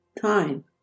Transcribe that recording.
time